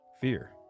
fear